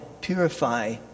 purify